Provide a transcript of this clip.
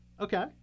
Okay